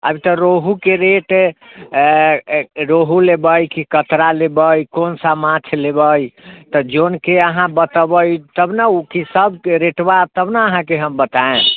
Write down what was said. आब तऽ रोहूके रेट रोहू लेबै कि कतला लेबै कि कौन सा माछ लेबै तऽ जौनके अहाँ बतेबै तब ने उके सभके रेटवा तब ने अहाँके हम बतायब